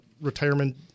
retirement